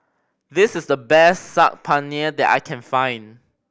this is the best Saag Paneer that I can find